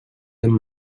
amb